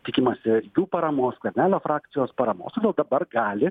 tikimasi jų paramos skvernelio frakcijos paramos dabar gali